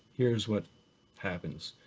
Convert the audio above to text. here's what happens